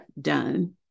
done